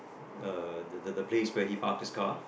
uh the the the place where he park his car